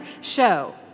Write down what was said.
show